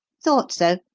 thought so.